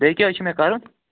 بیٚیہِ کیٛاہ حظ چھُ مےٚ کَرُن